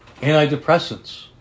antidepressants